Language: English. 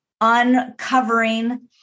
uncovering